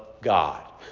God